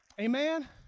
amen